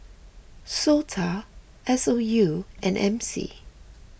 Sota S O U and M C